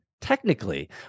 technically